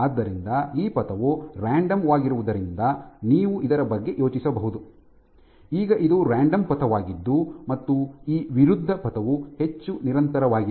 ಆದ್ದರಿಂದ ಈ ಪಥವು ರಾಂಡಮ್ ಆಗಿರುವುದರಿಂದ ನೀವು ಇದರ ಬಗ್ಗೆ ಯೋಚಿಸಬಹುದು ಈಗ ಇದು ರಾಂಡಮ್ ಪಥವಾಗಿದ್ದು ಮತ್ತು ಈ ವಿರುದ್ಧ ಪಥವು ಹೆಚ್ಚು ನಿರಂತರವಾಗಿದೆ